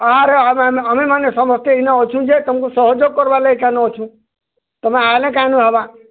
ଆରୁ ଆମେମାନେ ସମସ୍ତେ ଇନେ ଅଛୁଁ ଯେ ତମ୍କୁ ସହଯୋଗ କର୍ବାଲାଗି ଅଛୁ ତମେ ଆଏଲେ କାଣା ହବା